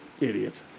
Idiots